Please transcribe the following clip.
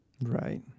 right